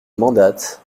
manates